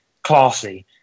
Classy